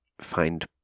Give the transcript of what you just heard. find